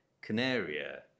Canaria